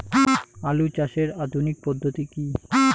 আলু চাষের আধুনিক পদ্ধতি কি?